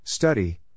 study